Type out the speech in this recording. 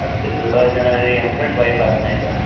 अच्छा अच्छा ॿ ॼणा याने हसबैंड वाइफ़ आहियो साईं तव्हां